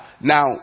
now